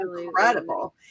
incredible